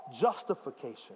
justification